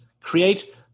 Create